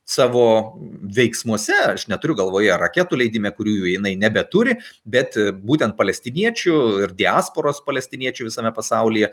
savo veiksmuose aš neturiu galvoje raketų leidime kurių jinai nebeturi bet būtent palestiniečių ir diasporos palestiniečių visame pasaulyje